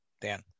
Dan